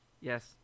Yes